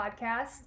podcast